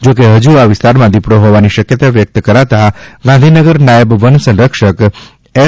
જોકે હજુ આ વિસ્તારમાં દિપડો હોવાની શક્યતા વ્યક્ત કરતા ગાંધીનગર નાયબ વન સંરક્ષક શ્રી એસ